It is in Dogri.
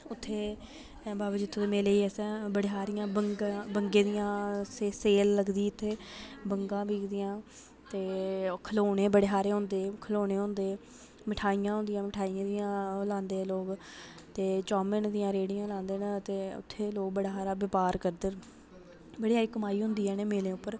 उत्थें बाबा जित्तो दे मेले गी असें बड़ी हारियां बंगां बंगे दियां सेल लगदी उत्थें बंगां बिकदियां ते खलौने बड़े सारे होंदे खलौने होंदे मठाइयां होंदियां मठाइयें दियां ओह् लांदे लोग ते चामिन दियां रेह्ड़ियां लांदे न ते उत्थें लोग बड़ा हारा बपार करदे न बड़ी सारी कमाई होंदी ऐ उ'नें मेलें उप्पर